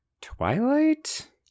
Twilight